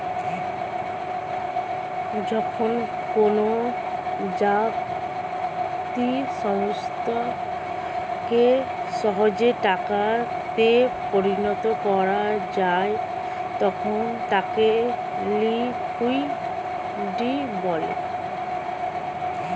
যখন কোনো যাবতীয় সম্পত্তিকে সহজেই টাকা তে পরিণত করা যায় তখন তাকে লিকুইডিটি বলে